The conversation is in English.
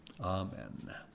Amen